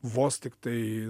vos tiktai